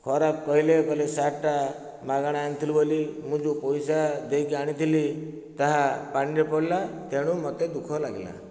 ଖରାପ କହିଲେ କହିଲେ ସାର୍ଟ ଟା ମାଗଣା ଆଣିଥିଲୁ ବୋଲି ମୁଁ ଯେଉଁ ପଇସା ଦେଇକି ଆଣିଥିଲି ତାହା ପାଣିରେ ପଡ଼ିଲା ତେଣୁ ମୋତେ ଦୁଃଖ ଲାଗିଲା